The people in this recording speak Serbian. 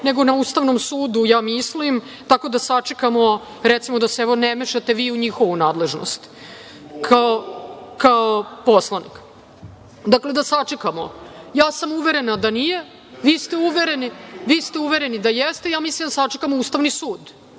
nego na Ustavnom sudu, ja mislim, tako da sačekamo, recimo, da se, evo, ne mešate vi u njihovu nadležnost kao poslanik. Dakle, da sačekamo. Ja sam uverena da nije, vi ste uvereni da jeste. Ja mislim da sačekamo Ustavni sud.